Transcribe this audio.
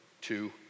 two